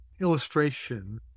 Illustration